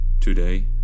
Today